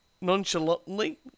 Nonchalantly